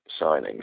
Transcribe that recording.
signings